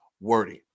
wording